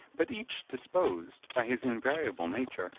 but each disposed, by his invariable nature,